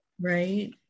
Right